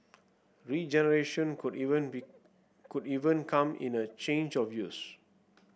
regeneration could even be could even come in a change of use